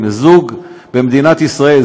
זוג במדינת ישראל,